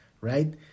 right